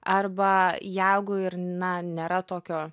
arba jeigu ir na nėra tokio